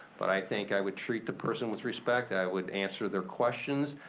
but i think i would treat the person with respect. i would answer their questions.